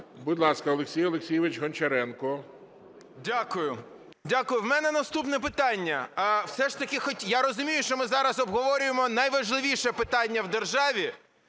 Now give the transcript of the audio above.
Будь ласка, Олексій Олексійович Гончаренко. 13:45:03 ГОНЧАРЕНКО О.О. Дякую. У мене наступне питання. Все ж таки… я розумію, що ми зараз обговорюємо найважливіше питання в державі,